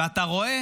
ואתה רואה